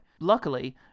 Luckily